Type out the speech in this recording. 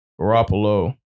Garoppolo